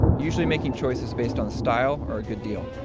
usually making choices based on the style or a good deal.